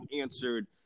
answered